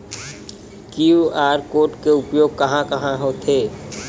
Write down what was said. QR code के उपयोग कहां कहां होथे?